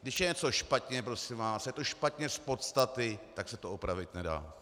Když je něco špatně, prosím vás, je to špatně z podstaty, tak se to opravit nedá.